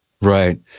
right